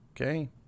Okay